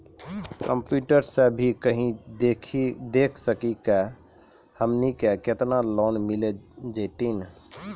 Computer सा भी कही देख सकी का की हमनी के केतना लोन मिल जैतिन?